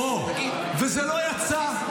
-- וזה לא יצא.